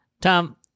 Tom